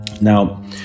Now